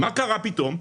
מה קרה פתאום?